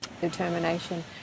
determination